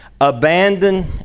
Abandon